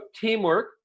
teamwork